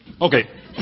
Okay